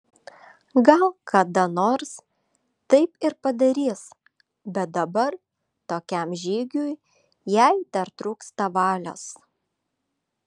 gal kada nors taip ir padarys bet dabar tokiam žygiui jai dar trūksta valios